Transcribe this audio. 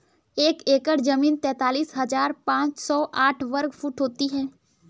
एक एकड़ जमीन तैंतालीस हजार पांच सौ साठ वर्ग फुट होती है